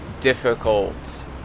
difficult